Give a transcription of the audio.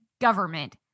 government